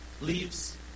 leaves